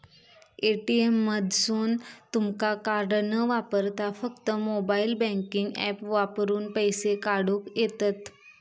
ATM मधसून तुमका card न वापरता फक्त मोबाईल बँकिंग ऍप वापरून पैसे काढूक येतंत